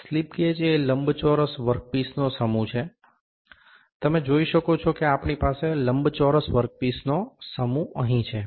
slip gauge એ લંબચોરસ વર્કપીસનો સમૂહ છે તમે જોઈ શકો છો કે આપણી પાસે લંબચોરસ વર્કપીસનો સમૂહ અહીં છે